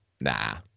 nah